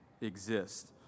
exist